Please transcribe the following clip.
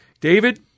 David